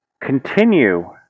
continue